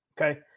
okay